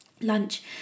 lunch